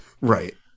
Right